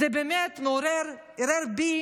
זה באמת עורר בי